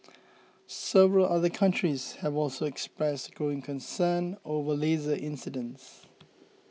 several other countries have also expressed growing concern over laser incidents